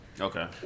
Okay